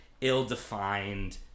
ill-defined